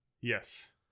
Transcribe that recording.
Yes